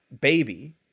baby